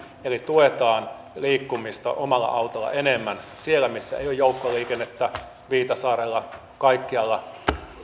eli tuetaan liikkumista omalla autolla enemmän siellä missä ei ole joukkoliikennettä viitasaarella kaikkialla